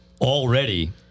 already